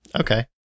okay